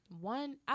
One